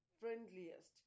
friendliest